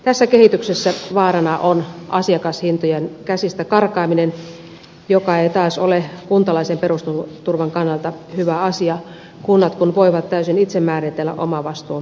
tässä kehityksessä vaarana on asiakashintojen käsistä karkaaminen joka ei taas ole kuntalaisen perusturvan kannalta hyvä asia kunnat kun voivat täysin itse määritellä omavastuuosuuden